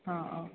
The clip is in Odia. ହଁ